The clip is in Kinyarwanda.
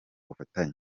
bufatanye